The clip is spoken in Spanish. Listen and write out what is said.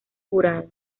jurado